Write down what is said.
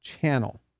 channel